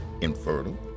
infertile